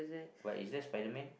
but is that Spiderman